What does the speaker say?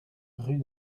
rue